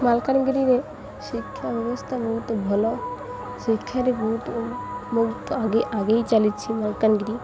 ମାଲକାନଗିରିରେ ଶିକ୍ଷା ବ୍ୟବସ୍ଥା ବହୁତ ଭଲ ଶିକ୍ଷାରେ ବହୁତ ବହୁ ଆଗେଇ ଚାଲିଛି ମାଲକାନଗିରି